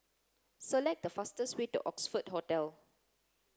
select the fastest way to Oxford Hotel